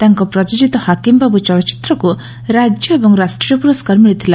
ତାଙ୍କ ପ୍ରଜୋଜିତ 'ହାକିମ ବାବୁ' ଚଳଚିତ୍ରକୁ ରାଜ୍ୟ ଏବଂ ରାଷ୍ଟ୍ରୀୟ ପୁରସ୍କାର ମିଳିଥିଲା